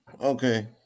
Okay